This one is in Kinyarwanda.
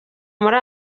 muri